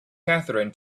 catherine